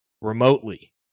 remotely